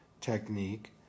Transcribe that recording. technique